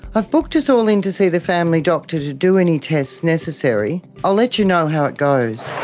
i've booked us all in to see the family doctor to do any tests necessary. i'll let you know how it goes.